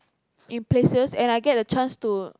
in places and I get the chance to